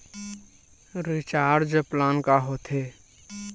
Recharge plan का होथे?